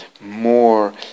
more